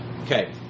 Okay